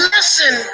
Listen